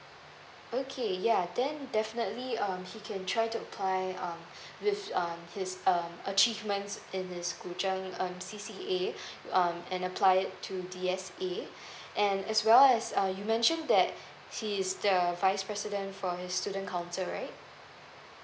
okay ya then definitely um he can try to apply um with um his um achievement in his um C_C_A um and apply to D_S_A and as well as um you mention that he's the vice president for the student council right